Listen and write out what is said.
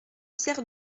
pierre